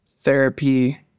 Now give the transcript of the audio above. therapy